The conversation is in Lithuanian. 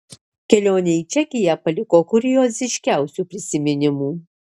kelionė į čekiją paliko kurioziškiausių prisiminimų